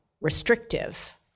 restrictive